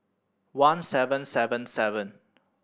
one seven seven seven